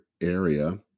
area